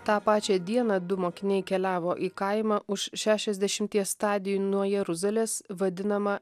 tą pačią dieną du mokiniai keliavo į kaimą už šešiasdešimties stadijų nuo jeruzalės vadinamą